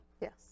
Yes